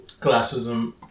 classism